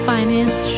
Finance